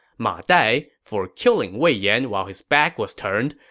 ma dai, for killing wei yan while his back was turned,